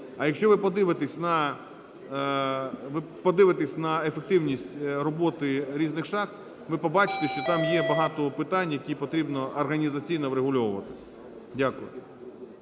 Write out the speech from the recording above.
А якщо ви подивитесь на ефективність роботи різних шахт, ви побачите, що там є багато питань, які потрібно організаційно врегульовувати. Дякую.